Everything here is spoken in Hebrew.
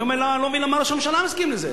אני לא מבין למה ראש הממשלה מסכים לזה.